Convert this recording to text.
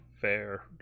fair